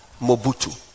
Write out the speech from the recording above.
Mobutu